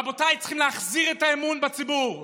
רבותיי, צריכים להחזיר את האמון לציבור.